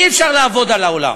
אי-אפשר לעבוד על העולם,